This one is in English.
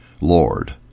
Lord